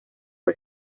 fue